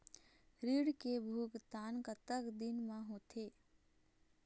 ऋण के भुगतान कतक दिन म होथे?